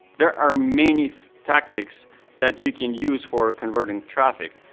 there are many tactics that you can use for converting traffic,